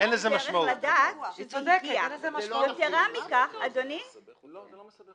מה נאמר